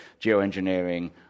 geoengineering